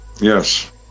Yes